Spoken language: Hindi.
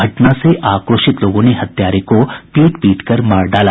घटना से आक्रोशित लोगों ने हत्यारे को पीट पीट कर मार डाला